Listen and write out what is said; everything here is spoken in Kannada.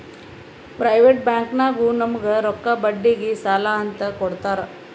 ಪ್ರೈವೇಟ್ ಬ್ಯಾಂಕ್ನಾಗು ನಮುಗ್ ರೊಕ್ಕಾ ಬಡ್ಡಿಗ್ ಸಾಲಾ ಅಂತ್ ಕೊಡ್ತಾರ್